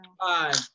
Five